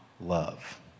love